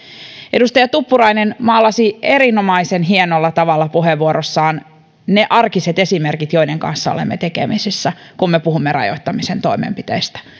edustaja tuppurainen maalasi erinomaisen hienolla tavalla puheenvuorossaan ne arkiset esimerkit joiden kanssa olemme tekemisissä kun me puhumme rajoittamisen toimenpiteistä